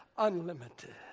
Unlimited